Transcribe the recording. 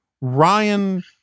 Ryan